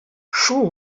шул